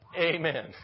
Amen